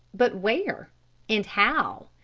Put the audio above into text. but where and how?